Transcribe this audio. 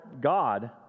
God